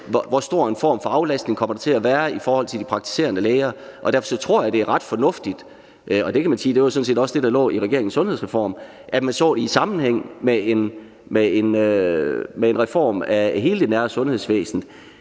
hvor stor en aflastning det kommer til at være for de praktiserende læger. Derfor tror jeg, det er ret fornuftigt – og det kan man sige sådan set også var det, der lå i regeringens sundhedsreform – at se det i sammenhæng med en reform af hele det nære sundhedsvæsen.